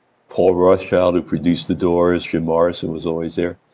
paul rothchild, who produced the doors, jim morrison was always there.